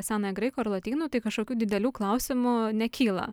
senąją graikų ar lotynų tai kažkokių didelių klausimų nekyla